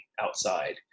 outside